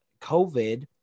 COVID